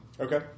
Okay